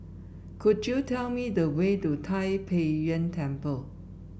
could you tell me the way to Tai Pei Yuen Temple